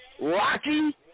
rocky